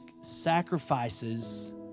sacrifices